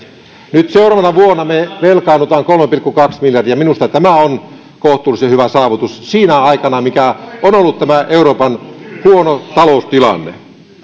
nyt seuraavana vuonna me velkaannumme kolme pilkku kaksi miljardia minusta tämä on kohtuullisen hyvä saavutus sinä aikana mikä on ollut tämä euroopan huono taloustilanne